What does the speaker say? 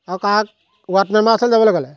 আৰু কাক ৱাৰ্ড মেম্বাৰৰ ওচৰলৈ যাবলৈ ক'লে